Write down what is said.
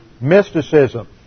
Mysticism